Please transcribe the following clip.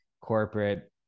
corporate